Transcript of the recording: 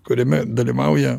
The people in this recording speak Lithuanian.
kuriame dalyvauja